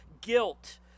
guilt